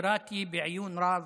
קראתי בעיון רב